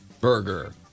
burger